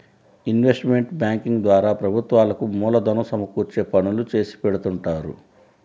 investment banking ద్వారా ప్రభుత్వాలకు మూలధనం సమకూర్చే పనులు చేసిపెడుతుంటారు